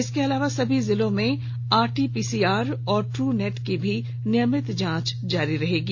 इसके अलावा सभी जिलों में आरटीपीसीआर और ट्रनेट की भी नियमित जांच जारी रहेगी